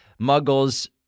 muggles